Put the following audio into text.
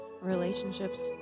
relationships